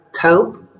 cope